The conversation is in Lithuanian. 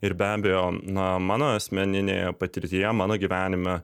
ir be abejo na mano asmeninėje patirtyje mano gyvenime